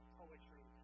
poetry